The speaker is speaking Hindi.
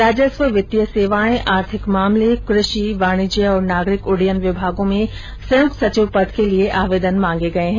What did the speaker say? राजस्व वित्तीय सेवाए आर्थिक मामले कुँषि वाणिज्य और नागरिक उड्डयन विभागों में संयुक्त सचिव पद के लिए आवेदन मांगे गए हैं